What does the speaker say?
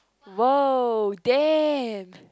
!woah! damn